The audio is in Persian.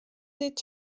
دید